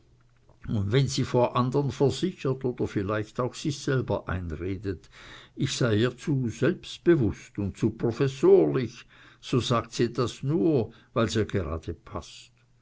wenn sie vor anderen versichert oder vielleicht auch sich selber einredet ich sei ihr zu selbstbewußt und zu professorlich so sagt sie das nur weil's ihr gerade paßt